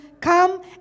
come